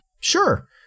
Sure